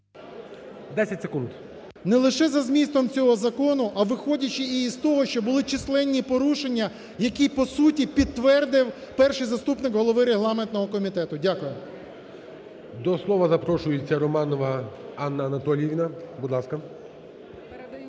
не лише за змістом цього закону, а, виходячи із того, що були численні порушення, які, по суті, підтвердив перший заступник голови Регламентного комітету. Дякую. ГОЛОВУЮЧИЙ. До слова запрошується Романова Анна Анатолівна. Будь ласка.